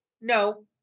no